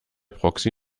proxy